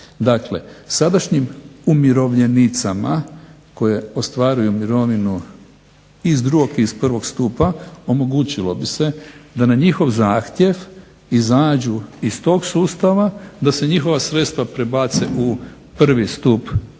Dakle, sadašnjim umirovljenicama koje ostvaruju mirovinu iz drugog i iz prvog stupa omogućilo bi se da njihov zahtjev izađu iz tog sustava, da se njihova sredstva prebace u prvi stup mirovinskog